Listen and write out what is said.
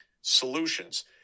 solutions